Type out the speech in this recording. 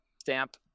stamp